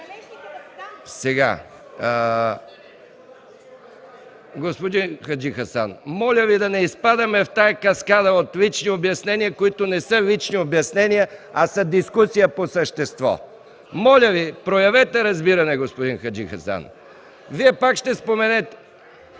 МИКОВ: Господин Хаджихасан, моля Ви да не изпадаме в тази каскада от лични обяснения, които не са лични обяснения, а са дискусия по същество. Моля Ви, проявете разбиране, господин Хаджихасан. ХАСАН ХАДЖИХАСАН